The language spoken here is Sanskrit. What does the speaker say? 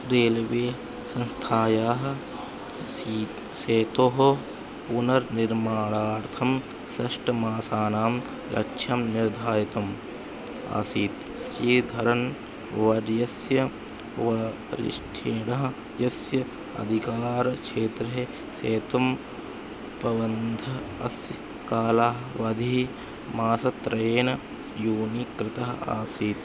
रेल्वे संस्थयाः सी सेतोः पुनर्निर्माणार्थं षण्मासानां लक्ष्यं निर्धारितम् आसीत् श्रीधरन् वर्यस्य वरिष्ठेण यस्य अधिकारक्षेत्रे सेतुबन्धः अस्य कालावधिः मासत्रयेन न्यूनीकृतः आसीत्